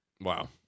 Wow